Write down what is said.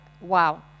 wow